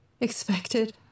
expected